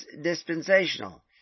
dispensational